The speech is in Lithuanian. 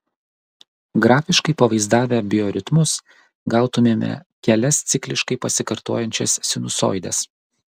grafiškai pavaizdavę bioritmus gautumėme kelias cikliškai pasikartojančias sinusoides